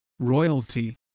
royalty